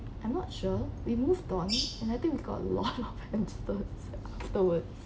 I'm not sure we moved on and I think we got a lot of hamster afterwards